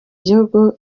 gihugu